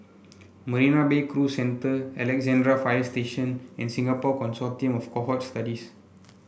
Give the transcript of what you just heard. Marina Bay Cruise Centre Alexandra Fire Station and Singapore Consortium of Cohort Studies